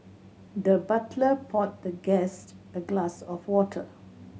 the butler poured the guest a glass of water